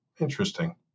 Interesting